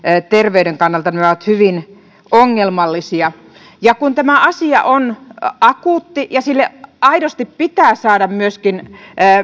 terveyden kannalta nämä ovat hyvin ongelmallisia kun tämä asia on akuutti ja sille aidosti pitää saada myöskin